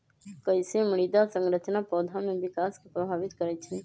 कईसे मृदा संरचना पौधा में विकास के प्रभावित करई छई?